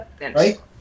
right